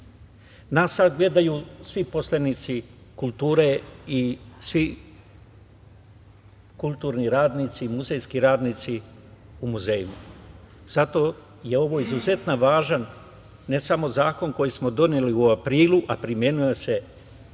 Nas sada gledaju svi poslanici kulture i svi kulturni radnici, muzejski radnici u muzejima. Zato je ovo izuzetno važan ne samo zakon koji smo doneli u aprilu, a primenjuje se sada